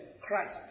Christ